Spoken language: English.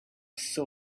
saw